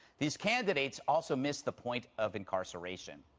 these candidates also miss the point of incarceration.